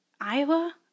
Iowa